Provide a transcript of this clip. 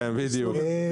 כן, בדיוק.